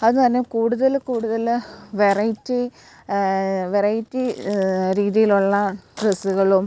അത് തന്നെ കൂടുതൽ കൂടുതൽ വെറൈറ്റി വെറൈറ്റി രീതിയിലുള്ള ഡ്രസ്സുകളും